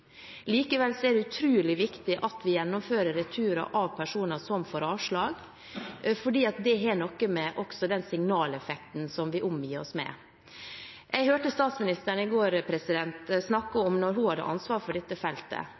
Likevel er det utrolig viktig at vi gjennomfører returer av personer som får avslag, for det har også noe å gjøre med den signaleffekten som vi omgir oss med. Jeg hørte statsministeren i går snakke om da hun hadde ansvar for dette feltet.